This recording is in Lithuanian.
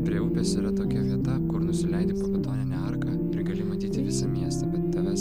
prie upės yra tokia vieta kur nusileidi po betonine arka ir gali matyti visą miestą bet tavęs